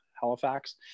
Halifax